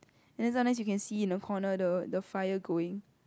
and then sometimes you can see in the corner the the fire going